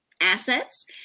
assets